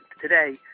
today